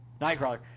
nightcrawler